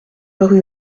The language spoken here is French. rue